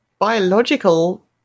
biological